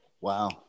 Wow